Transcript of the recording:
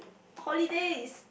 holidays